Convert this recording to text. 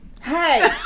Hey